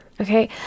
okay